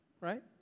right